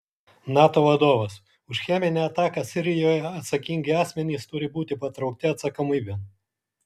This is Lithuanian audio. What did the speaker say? nato vadovas už cheminę ataką sirijoje atsakingi asmenys turi būti patraukti atsakomybėn